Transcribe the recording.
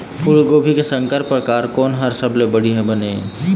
फूलगोभी के संकर परकार कोन हर सबले बने ये?